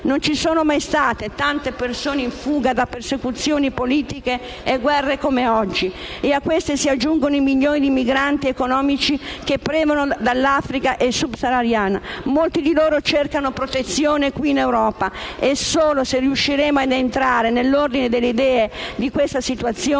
Non ci sono mai state tante persone in fuga da persecuzioni politiche e guerre come oggi e a queste si aggiungono i milioni di migranti economici che premono dall'Africa nera e subsahariana. Molti di loro cercano protezione qui in Europa e solo se riusciremo ad entrare nell'ordine delle idee che questa situazione